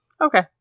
Okay